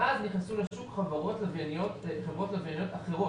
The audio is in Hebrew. מאז נכנסו לשוק חברות לווייניות אחרות